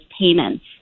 payments